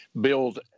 build